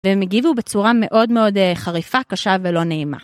והם הגיבו בצורה מאוד מאוד חריפה, קשה ולא נעימה.